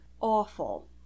awful